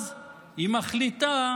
אז היא מחליטה